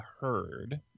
heard